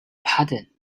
pardon